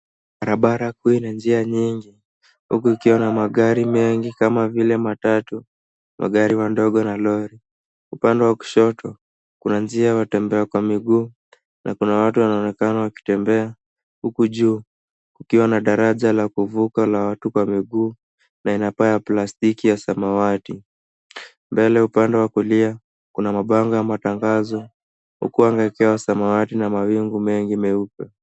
Barabara kuu ina njia nyingi huku ikiwa na magari nyingi kama vile matatu, magari madogo na Lori. Upande wa kushoto kuna njia ya watembea kwa mguu na kuna watu wanaonekana wakitembea huku juu kukiwa na daraja la kuvuka la kwa mguu na ina pa ya plastiki ya samawati. Mbele upande wa kulia kuna mabango ya matangazo huku anga ikiwa ya samawati mawingu mengi meupe.